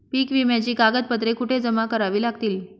पीक विम्याची कागदपत्रे कुठे जमा करावी लागतील?